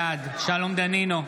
בעד שלום דנינו,